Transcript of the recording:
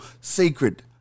sacred